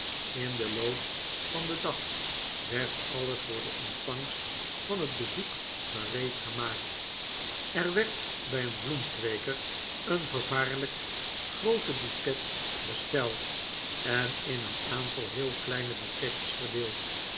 in den loop van den dag werd alles voor de ontvangst van het bezoek gereedgemaakt er werd bij een bloemkweeker een vervaarlijk groote bouquet besteld en in een aantal heel kleine bouquetjes verdeeld